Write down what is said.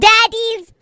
Daddy's